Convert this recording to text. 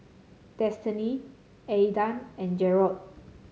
Destinee Aedan and Jerrod